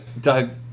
Doug